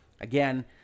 Again